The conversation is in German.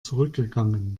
zurückgegangen